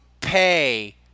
pay